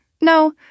No